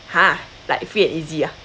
!huh! like free and easy ah